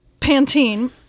Pantene –